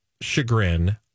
chagrin